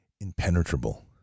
impenetrable